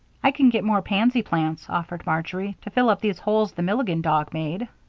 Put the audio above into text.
i can get more pansy plants, offered marjory, to fill up these holes the milligan dog made.